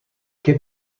què